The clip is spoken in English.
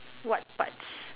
what parts